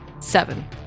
Seven